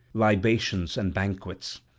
libations and banquets.